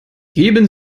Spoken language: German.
geben